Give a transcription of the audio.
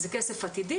זה כסף עתידי,